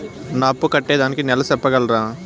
నా అప్పు కట్టేదానికి నెల సెప్పగలరా?